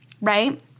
right